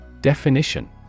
Definition